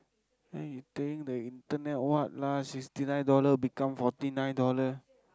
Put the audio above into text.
!huh! you think the internet what lah sixty nine dollar become Forty Nine dollar